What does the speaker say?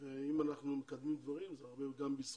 ואם אנחנו מקדמים, זה הרבה גם בזכותכם.